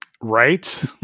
Right